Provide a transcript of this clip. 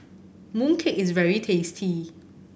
mooncake is very tasty